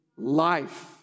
Life